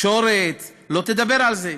התקשורת לא תדבר על זה.